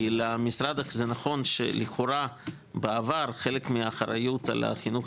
כי נכון שלכאורה בעבר חלק מהאחריות על החינוך